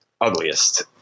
ugliest